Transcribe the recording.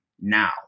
now